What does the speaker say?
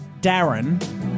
Darren